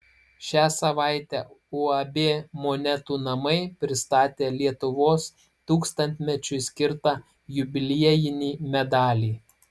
šią savaitę uab monetų namai pristatė lietuvos tūkstantmečiui skirtą jubiliejinį medalį